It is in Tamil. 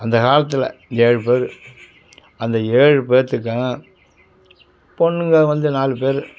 அந்த காலத்தில் ஏழு பேர் அந்த ஏழு பேர்த்துக்கும் பொண்ணுங்க வந்து நாலு பேர்